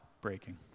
breaking